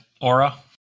aura